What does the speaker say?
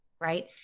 right